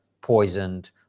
poisoned